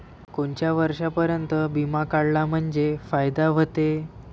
कोनच्या वर्षापर्यंत बिमा काढला म्हंजे फायदा व्हते?